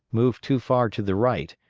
moved too far to the right,